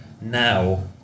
now